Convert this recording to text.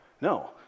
No